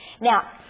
Now